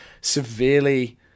severely